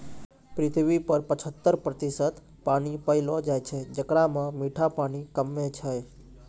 पृथ्वी पर पचहत्तर प्रतिशत पानी पैलो जाय छै, जेकरा म मीठा पानी कम्मे छै